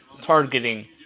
targeting